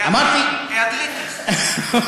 "היעדריטיס".